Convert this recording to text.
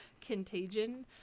contagion